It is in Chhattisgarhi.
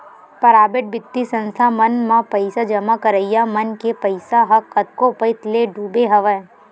पराबेट बित्तीय संस्था मन म पइसा जमा करइया मन के पइसा ह कतको पइत ले डूबे हवय